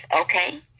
Okay